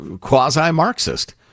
quasi-Marxist